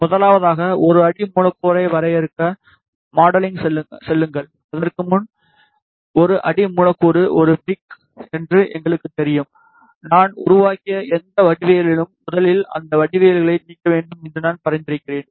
முதலாவதாக ஒரு அடி மூலக்கூறை வரையறுக்க மாடலிங் செல்லுங்கள் இதற்கு முன் ஒரு அடி மூலக்கூறு ஒரு ஃபிரிக் என்று எங்களுக்குத் தெரியும்நாம் உருவாக்கிய எந்த வடிவவியலும் முதலில் அந்த வடிவவியல்களை நீக்க வேண்டும் என்று நான் பரிந்துரைக்கிறேன்